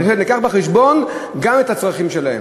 נביא בחשבון גם את הצרכים שלהם.